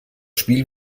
spiel